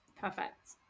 perfect